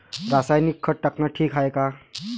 रासायनिक खत टाकनं ठीक हाये का?